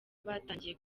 batangiye